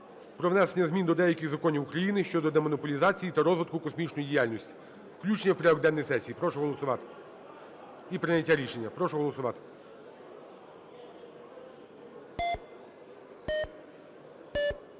про внесення змін до деяких законів України щодо демонополізації та розвитку космічної діяльності. Включення в порядок денний сесії. Прошу голосувати. І прийняття рішення. Прошу голосувати.